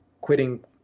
quitting